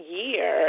year